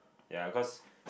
ya cause